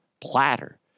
platter